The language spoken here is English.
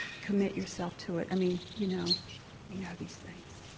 commit yourself to it, i mean, you know you know these things.